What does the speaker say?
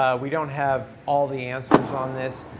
we don't have all the answers on this.